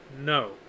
No